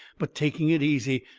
but taking it easy,